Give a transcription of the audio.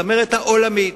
בצמרת העולמית,